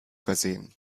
versehen